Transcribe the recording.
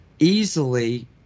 easily